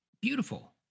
beautiful